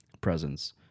presence